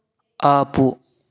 ఆపు